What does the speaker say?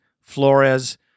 Flores